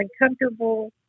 uncomfortable